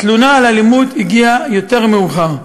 התלונה על אלימות הגיעה יותר מאוחר.